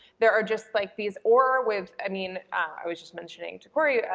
there are just like these aura-width, i mean, i was just mentioning to cory,